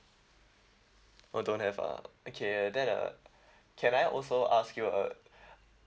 oh don't have ah okay then uh can I also ask you uh